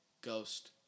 ghost